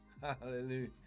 Hallelujah